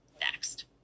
next